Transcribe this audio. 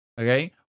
okay